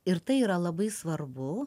ir tai yra labai svarbu